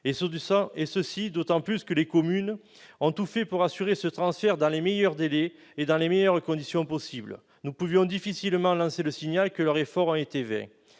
examiner, d'autant plus que les communes ont tout fait pour assurer ce transfert dans les meilleurs délais et dans les meilleures conditions possible. Nous pouvions difficilement lancer le signal que leurs efforts ont été vains.